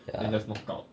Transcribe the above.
and just knockout